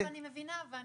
אני מבינה.